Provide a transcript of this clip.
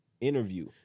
interview